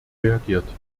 reagiert